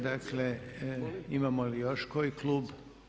Dakle, imamo li još koji klub?